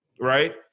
right